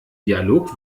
dialog